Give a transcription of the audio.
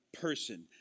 person